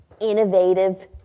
innovative